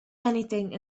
anything